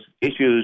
issues